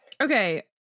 Okay